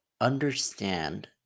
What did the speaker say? understand